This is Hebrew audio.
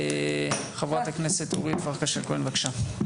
חברת הכנסת אורית פרקש הכהן, בבקשה.